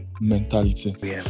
mentality